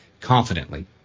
confidently